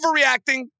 overreacting